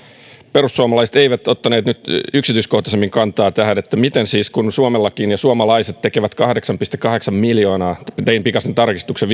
perussuomalaiset eivät ottaneet nyt yksityiskohtaisemmin kantaa siihen että kun suomalaiset tekivät viime vuonna kahdeksan pilkku kahdeksan miljoonaa rajanylitystä tein pikaisen tarkistuksen